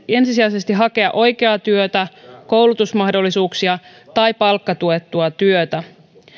ensisijaisesti hakea oikeaa työtä koulutusmahdollisuuksia tai palkkatuettua työtä